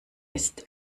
ist